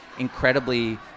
incredibly